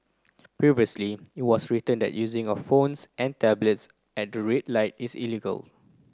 previously it was written that using of phones and tablets at the red light is illegal